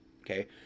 okay